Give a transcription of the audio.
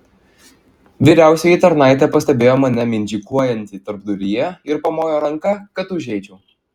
vyriausioji tarnaitė pastebėjo mane mindžikuojantį tarpduryje ir pamojo ranka kad užeičiau